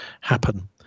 happen